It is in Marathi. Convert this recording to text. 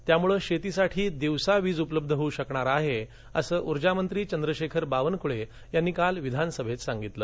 त्यामुळे शेतीसाठी दिवसा वीज उपलब्ध होऊ शकणार आहे असं ऊर्जामंत्री चंद्रशेखर बावनकळे यांनी काल विधानसभेत सांगितले